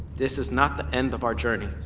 this is not the end of our journey.